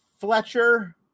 Fletcher